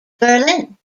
berlin